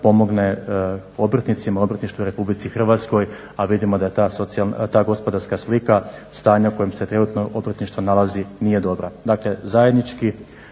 pomogne obrtnicima, obrtništvu u Republici Hrvatskoj, a vidimo da ta gospodarska slika stanja u kojem se trenutno obrtništvo nalazi nije dobra. Dakle zajednički,